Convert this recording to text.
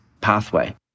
pathway